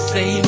Say